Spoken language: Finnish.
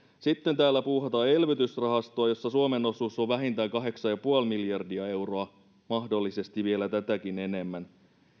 sitten täällä puuhataan elvytysrahastoa jossa suomen osuus on vähintään kahdeksan pilkku viisi miljardia euroa mahdollisesti vielä tätäkin enemmän